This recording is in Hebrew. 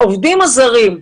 העובדים הזרים,